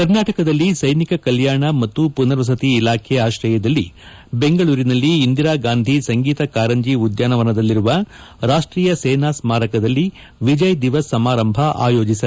ಕರ್ನಾಟಕದಲ್ಲಿ ಸೈನಿಕ ಕಲ್ಲಾಣ ಮತ್ತು ಪುನರ್ವಸತಿ ಇಲಾಖೆ ಆಶ್ರಯದಲ್ಲಿ ಬೆಂಗಳೂರಿನಲ್ಲಿ ಇಂದಿರಾ ಗಾಂಧಿ ಸಂಗೀತ ಕಾರಂಜಿ ಉದ್ಯಾನವನದಲ್ಲಿರುವ ರಾಷ್ಪೀಯ ಸೇನಾ ಸ್ನಾರಕದಲ್ಲಿ ವಿಜಯ್ ದಿವಸ ಸಮಾರಂಭ ಆಯೋಜಿಸಲಾಗಿತ್ತು